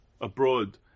abroad